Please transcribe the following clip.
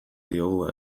diogu